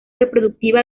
reproductiva